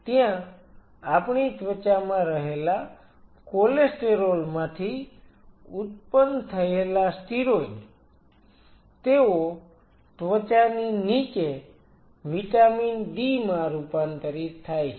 ત્યાં આપણી ત્વચામાં રહેલા કોલેસ્ટેરોલ માંથી ઉત્પન્ન થયેલા સ્ટિરોઈડ તેઓ ત્વચાની નીચે વિટામિન d માં રૂપાંતરિત થાય છે